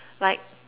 like